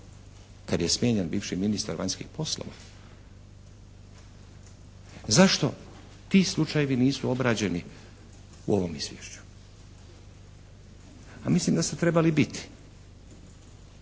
kad je smijenjen bivši ministar vanjskih poslova. Zašto ti slučajevi nisu obrađeni u ovom Izvješću? A mislim da su trebali biti.